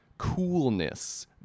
coolness